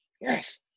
Yes